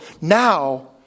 now